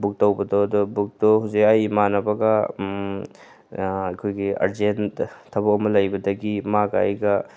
book ꯇꯧꯕꯗꯣ ꯑꯗꯣ ꯕꯨꯛꯇꯣ ꯍꯧꯖꯤꯛ ꯑꯩ ꯏꯃꯥꯟꯅꯕꯒ ꯑꯩꯈꯣꯏꯒꯤ ꯑꯔꯖꯦꯟ ꯊꯕꯛ ꯑꯃ ꯂꯩꯕꯗꯒꯤ ꯃꯥꯒ ꯑꯩꯒ